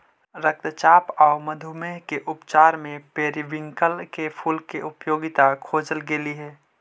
रक्तचाप आउ मधुमेह के उपचार में पेरीविंकल के फूल के उपयोगिता खोजल गेली हे